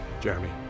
Jeremy